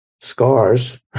scars